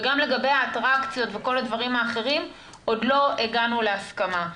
וגם לגבי האטרקציות וכל הדברים האחרים עוד לא הגענו להסכמה.